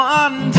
one